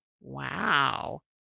Wow